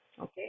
okay